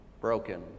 broken